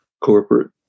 corporate